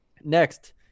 Next